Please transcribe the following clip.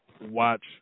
watch